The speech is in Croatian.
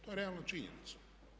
To je realna činjenica.